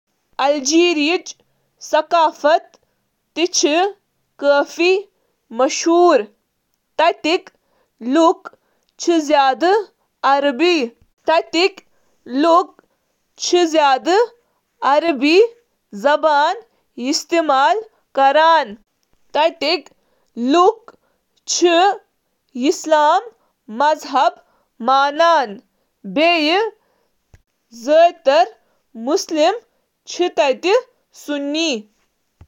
الجیرِیاہُک ثقافت چُھ واریاہن اثراتن ہند امتزاج بنیٲدی طورس پیٹھ الجیرِیاہٕچ ثقافت یہٕ چُھ پورٕ ملکس منز بولنہٕ ینہٕ واجنہِ مختلف مذہب، موسیقی، مختلف زبانن تہٕ امکہِ بھرپور ادبی اضافُک اکھ دلچسپ امتزاج۔ الجیرین ثقافت کین باقی پہلون منٛز چِھ شٲمل: موسیقی، ادب، مہمان نوازی، تہٕ دوستانہ تہٕ مددگار فطرت۔